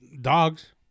dogs